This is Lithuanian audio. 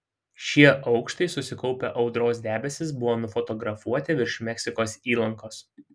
šie aukštai susikaupę audros debesys buvo nufotografuoti virš meksikos įlankos